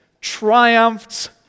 triumphed